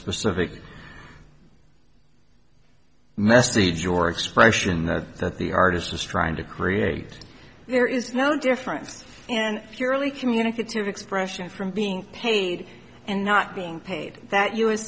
specific message or expression that the artist was trying to create there is no difference and purely communicative expressions from being paid and not being paid that u